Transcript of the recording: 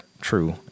true